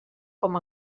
com